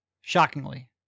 shockingly